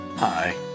Hi